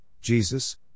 Jesus